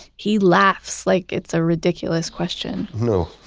he laughs like it's a ridiculous question no,